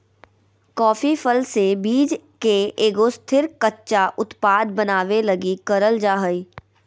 coffee फल से बीज के एगो स्थिर, कच्चा उत्पाद बनाबे लगी करल जा हइ